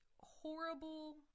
horrible